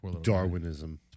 Darwinism